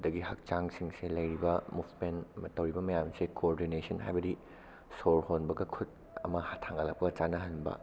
ꯑꯗꯒꯤ ꯍꯛꯆꯥꯡꯁꯤꯡꯁꯦ ꯂꯩꯔꯤꯕ ꯃꯨꯞꯃꯦꯟ ꯑꯃ ꯇꯧꯔꯤꯕ ꯃꯌꯥꯝꯁꯦ ꯀꯣꯑꯣꯔꯗꯤꯅꯦꯁꯟ ꯍꯥꯏꯕꯗꯤ ꯁꯣꯔ ꯍꯣꯟꯕꯒ ꯈꯨꯠ ꯑꯃ ꯊꯥꯡꯒꯠꯂꯛꯄꯒ ꯆꯥꯟꯅꯍꯟꯕ